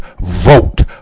Vote